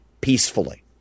peacefully